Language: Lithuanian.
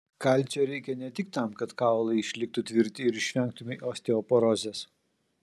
kalcio reikia ne tik tam kad kaulai išliktų tvirti ir išvengtumei osteoporozės